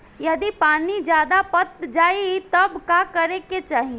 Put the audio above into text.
यदि पानी ज्यादा पट जायी तब का करे के चाही?